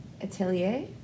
Atelier